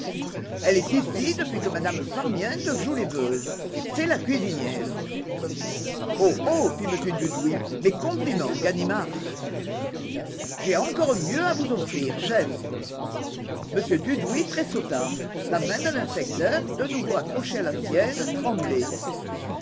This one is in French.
elle est ici depuis que m me sparmiento joue les veuves c'est la cuisinière oh oh fit m dudouis mes compliments ganimard j'ai encore mieux à vous offrir chef m dudouis tressauta la main de l'inspecteur de nouveau accrochée à la sienne tremblait